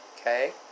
okay